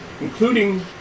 including